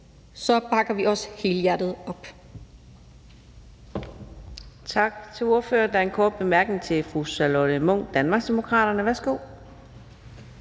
bakker vi også helhjertet op.